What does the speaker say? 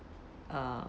uh